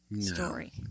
story